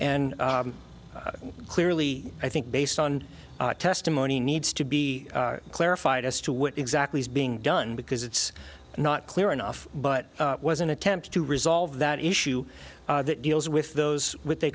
and clearly i think based on testimony needs to be clarified as to what exactly is being done because it's not clear enough but it was an attempt to resolve that issue that deals with those with they